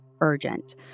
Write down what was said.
urgent